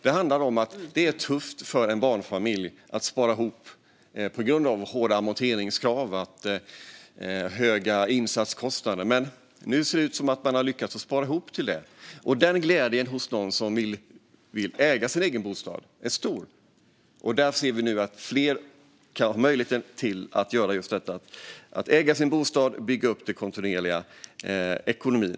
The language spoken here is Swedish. Det är tufft för en barnfamilj att spara ihop till detta, på grund av hårda amorteringskrav och höga insatskostnader. Men nu ser det ut som att man har lyckats spara ihop till det. Och glädjen hos dem som vill äga sin bostad är stor. Vi ser nu att fler har möjlighet att göra just detta: äga sin bostad och kontinuerligt bygga upp ekonomin.